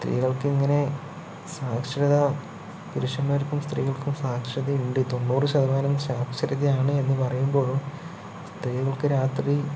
സ്ത്രീകൾക്കിങ്ങനെ സാക്ഷരത പുരുഷന്മാർക്കും സ്ത്രീകൾക്കും സാക്ഷരതയുണ്ട് തൊണ്ണൂറു ശതമാനം സാക്ഷരതയാണ് എന്ന് പറയുമ്പോഴും സ്ത്രീകൾക്ക് രാത്രി